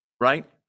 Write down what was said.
right